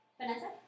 Vanessa